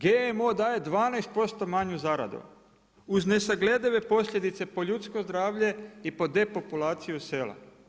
GMO daje 12% manju zaradu uz nesagledive posljedice po ljudsko zdravlje i po depopulaciju sela.